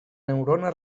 neurona